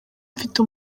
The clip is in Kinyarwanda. mfite